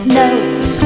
note